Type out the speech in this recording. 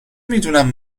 میدونم